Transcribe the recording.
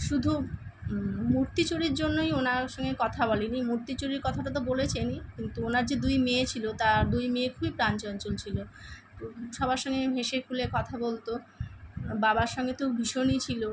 শুধু মূর্তি চুরির জন্যই ওনার সঙ্গে কথা বলেনি মূর্তি চুরির কথাটা তো বলেছেনই কিন্তু ওনার যে দুই মেয়ে ছিল তা দুই মেয়ে খুবই প্রাণচঞ্চল ছিল তো সবার সঙ্গে হেসে খুলে কথা বলতো বাবার সঙ্গে তো ভীষণই ছিল